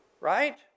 right